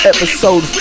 Episode